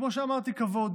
כמו שאמרתי, כבוד,